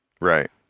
right